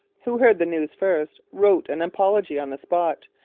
who heard the news first, wrote an apology on the spot,